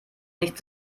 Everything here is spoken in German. nicht